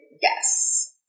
Yes